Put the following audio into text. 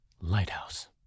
Lighthouse